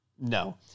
No